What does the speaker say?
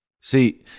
See